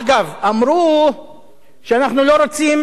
אגב, אמרו שאנחנו לא רוצים